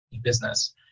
business